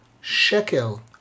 shekel